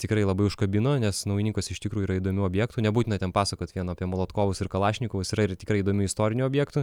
tikrai labai užkabino nes naujininkuos iš tikrųjų yra įdomių objektų nebūtina ten pasakot vien apie molotkovus ir kalašnikovus yra ir tikrai įdomių istorinių objektų